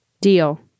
Deal